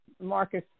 Marcus